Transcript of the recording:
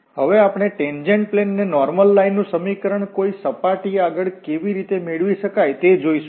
હવે આપણે tangent plane અને નોર્મલ લાઇન નુ સમીકરણ કોઈ સપાટી આગળ કેવી રીતે મેળવી શકાય તે જોઈશું